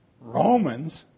Romans